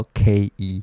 k-e